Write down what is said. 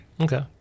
Okay